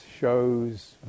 shows